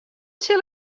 sil